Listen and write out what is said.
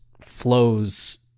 flows